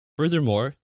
Furthermore